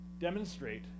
demonstrate